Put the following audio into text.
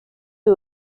who